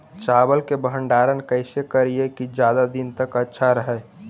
चावल के भंडारण कैसे करिये की ज्यादा दीन तक अच्छा रहै?